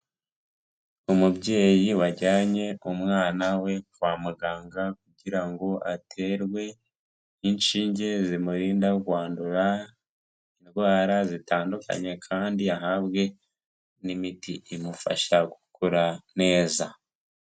Umubyeyi wajyanye umwana we kwa muganga kugira ngo aterwe inshinge zimurinda kwandura indwara zitandukanye kandi ahabwe n'imiti imufasha gukura neza.